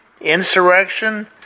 insurrection